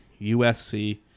USC